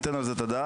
ניתן על זה את הדעת,